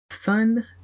sun